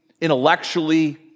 intellectually